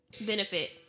benefit